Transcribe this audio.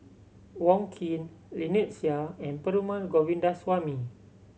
Wong Keen Lynnette Seah and Perumal Govindaswamy